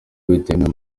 bitemewe